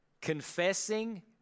confessing